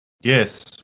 Yes